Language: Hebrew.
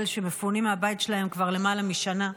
שמפונים מהבית שלהם כבר למעלה משנה,